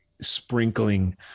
Sprinkling